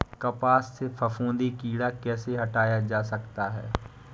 कपास से फफूंदी कीड़ा कैसे हटाया जा सकता है?